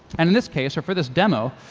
and in this case, or for this demo,